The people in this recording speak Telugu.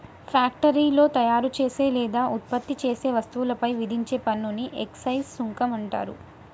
ఫ్యాక్టరీలో తయారుచేసే లేదా ఉత్పత్తి చేసే వస్తువులపై విధించే పన్నుని ఎక్సైజ్ సుంకం అంటరు